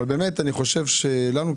אבל אני חושב שאנחנו,